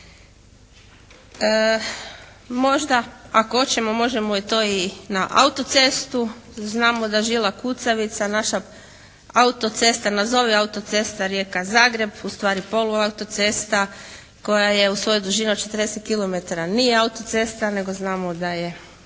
Možda ako hoćemo možemo to i na auto-cestu. Znamo da žila kucavica, naša autocesta, nazovi autocesta Rijeka-Zagreb, ustvari polu autocesta koja je u svojoj dužini od 40 km, nije autocesta nego znamo da je